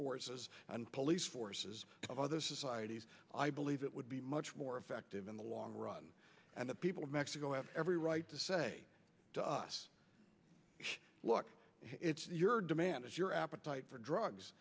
forces and police forces of other societies i believe it would be much more effective in the long run and the people of mexico have every right to say to us look it's your demand it's your appetite for